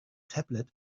tablet